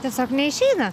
tiesiog neišeina